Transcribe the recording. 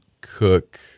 cook